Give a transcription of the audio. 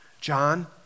John